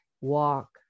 walk